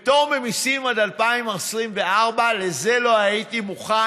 אבל פטור ממיסים עד 2024, לזה לא היית מוכן,